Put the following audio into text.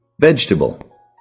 vegetable